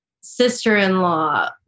sister-in-law